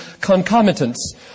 concomitants